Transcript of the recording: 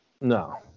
no